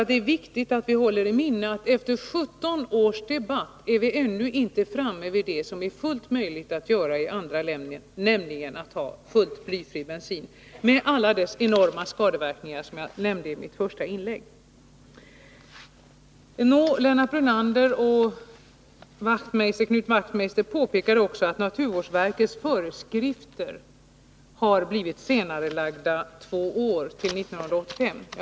Det är viktigt att hålla i minnet att vi efter 17 års debatt ännu inte är framme vid det som är fullt möjligt i andra länder, nämligen att ha helt blyfri bensin — detta trots blyets enorma skadeverkningar, vilket jag talade om i mitt första inlägg. Lennart Brunander och Knut Wachtmeister påpekade att naturvårdsverkets föreskrifter har blivit senarelagda två år till 1985.